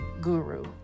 guru